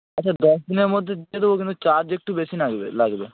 আচ্ছা দশ দিনের মধ্যে দিয়ে দেবো কিন্তু চার্জ একটু বেশি লাগবে লাগবে